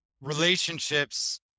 relationships